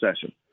session